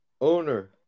Owner